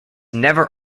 never